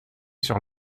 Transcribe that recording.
sur